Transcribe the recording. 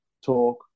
Talk